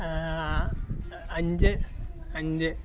അഞ്ച് അഞ്ച്